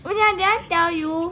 oh ya did I tell you